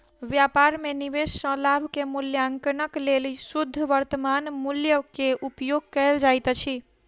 व्यापार में निवेश सॅ लाभ के मूल्याङकनक लेल शुद्ध वर्त्तमान मूल्य के उपयोग कयल जाइत अछि